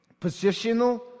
positional